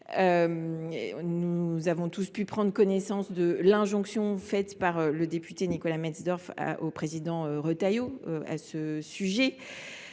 Nous avons tous pu prendre connaissance de l’injonction adressée par le député Nicolas Metzdorf au président Bruno Retailleau à cet